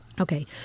Okay